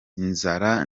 inzara